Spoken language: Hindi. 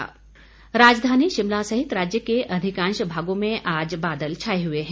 मौसम राजधानी शिमला सहित राज्य के अधिकांश भागों में आज बादल छाए हुए हैं